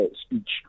speech